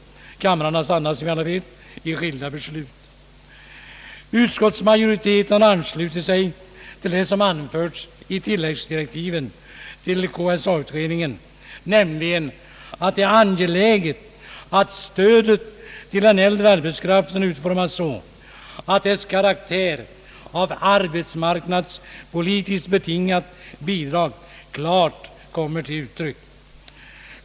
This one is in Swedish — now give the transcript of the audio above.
Kamrarna stannade som alla vet i skilda beslut. Utskottsmajoriteten har anslutit sig till det som anförts i tilläggsdirektiven till KSA-utredningen, nämligen att det är angeläget att stödet till den äldre arbetskraften utformas så, att dess karaktär av arbetsmarknadspolitiskt betingat bidrag klart kommer till uttryck.